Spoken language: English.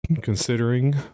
considering